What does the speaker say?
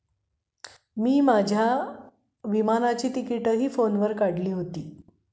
मी माझ्या जहाजाची तिकिटंही फोनवर काढली होती